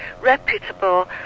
reputable